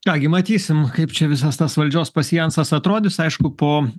ką gi matysim kaip čia visas tas valdžios pasjansas atrodys aišku po